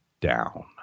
down